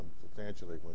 substantially